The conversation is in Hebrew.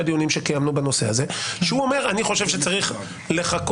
דיונים שקיימנו בנושא הזה הוא אומר שהוא חושב שצריך דיון